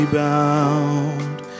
bound